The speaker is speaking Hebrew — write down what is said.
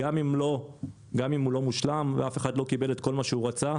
גם אם הוא לא מושלם ואף אחד לא קיבל את כל מה שהוא רצה,